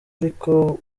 ariko